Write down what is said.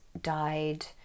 died